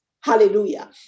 Hallelujah